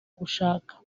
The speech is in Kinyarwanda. gushaka